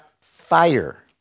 fire